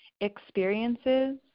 experiences